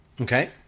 Okay